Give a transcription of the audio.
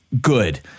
good